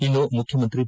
ಇನ್ನು ಮುಖ್ಯಮಂತ್ರಿ ಬಿ